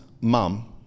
mum